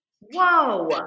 Whoa